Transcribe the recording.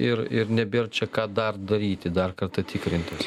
ir ir nebėr čia ką dar daryti dar kartą tikrintis